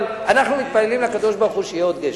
אבל אנחנו מתפללים לקדוש-ברוך-הוא שיהיה עוד גשם.